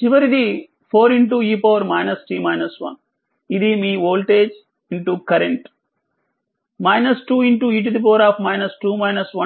చివరిది 4e ఇది మీ వోల్టేజ్ కరెంట్ 2e గుణిస్తేఇది 8e 2